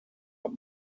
haben